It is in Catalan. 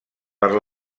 per